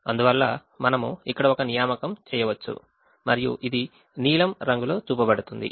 అందువల్ల మనము ఇక్కడ ఒక నియామకం చేయవచ్చు మరియు ఇది నీలం రంగులో చూపబడుతుంది